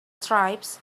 tribes